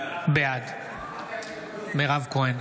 בעד מירב כהן,